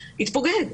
יתפוגג,